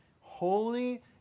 Holy